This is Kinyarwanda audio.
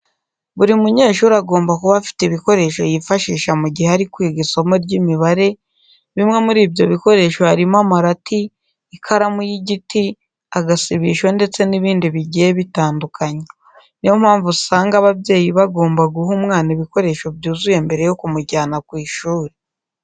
Buri munyeshuri agomba kuba afite ibikoresho yifashisha mu gihe ari kwiga isomo ry'imibare, bimwe muri ibyo bikoresho harimo amarati, ikaramu y'igiti, agasibisho ndetse n'ibindi bigiye bitandukanye. Ni iyo mpamvu usanga ababyeyi bagomba guha umwana ibikoresho byuzuye mbere yo kumujyana ku ishuri.